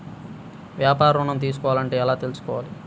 వ్యాపార ఋణం తీసుకోవాలంటే ఎలా తీసుకోవాలా?